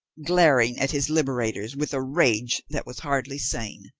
glaring at his liberators with a rage that was hardly sane.